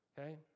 okay